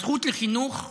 הזכות לחינוך,